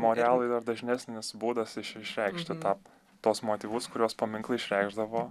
memorialai yra dažnesnis būdas iš išreikšti tą tuos motyvus kuriuos paminklai išreikšdavo